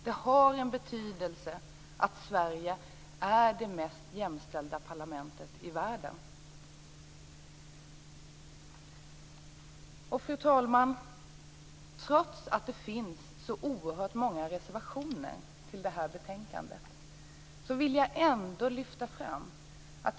Det har en betydelse att Sverige är det mest jämställda parlamentet i världen. Fru talman! Det finns oerhört många reservationer till det här betänkandet. Men jag vill ändå lyfta fram en sak.